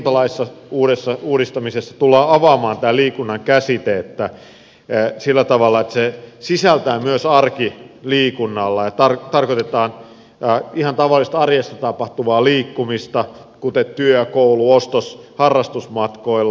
ensinnäkin liikuntalain uudistamisessa tullaan avaamaan liikunnan käsite sillä tavalla että se sisältää myös arkiliikunnan jolla tarkoitetaan ihan tavallista arjessa tapahtuvaa liikkumista kuten liikkumista työ koulu ostos ja harrastusmatkoilla